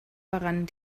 daran